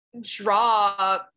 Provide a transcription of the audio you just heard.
draw